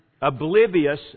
oblivious